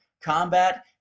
combat